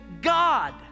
God